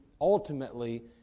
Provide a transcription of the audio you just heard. ultimately